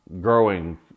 growing